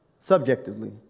subjectively